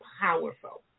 powerful